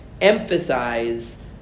emphasize